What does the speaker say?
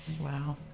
wow